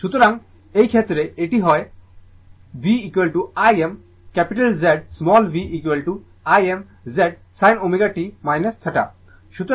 সুতরাং এই ক্ষেত্রেও এটি হয়ে উঠছে v Im Z v Im Z sin ω t θ